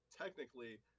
technically